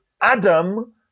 Adam